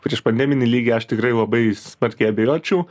priešpandeminį lygį aš tikrai labai smarkiai abejočiau